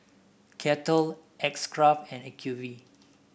Kettle X Craft and Acuvue